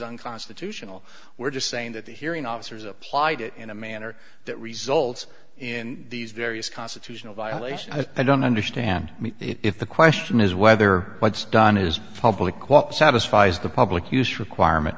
unconstitutional we're just saying that hearing officers applied it in a manner that results in these various constitutional violations i don't understand if the question is whether what's done is public quote satisfies the public use requirement